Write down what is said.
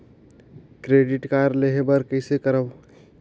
Credit card लेहे बर कइसे करव?